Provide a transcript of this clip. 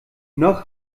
noch